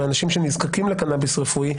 מאנשים שנזקקים לקנאביס רפואי,